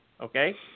okay